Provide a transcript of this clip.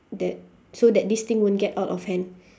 that so that this thing won't get out of hand